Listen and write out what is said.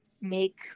make